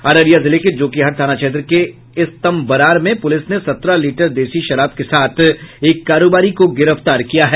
अररिया जिले के जोकीहाट थाना क्षेत्र के इस्तम्बरार में प्रलिस ने सत्रह लीटर देशी शराब के साथ एक कारोबारी को गिरफ्तार किया है